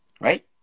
Right